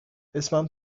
اسمم